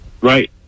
right